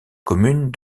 commune